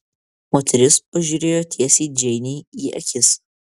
moteris pažiūrėjo tiesiai džeinei į akis